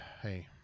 hey